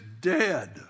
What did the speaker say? dead